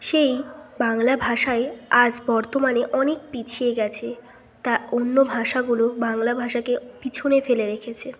সেই বাংলা ভাষাই আজ বর্তমানে অনেক পিছিয়ে গেছে তা অন্য ভাষাগুলো বাংলা ভাষাকে পিছনে ফেলে রেখেছে